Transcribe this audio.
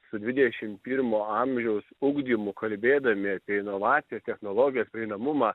su dvidešim pirmo amžiaus ugdymu kalbėdami apie inovacijas technologijas prieinamumą